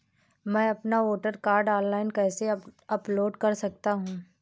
मैं अपना voter card online कैसे अपलोड कर सकता हूँ?